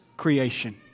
creation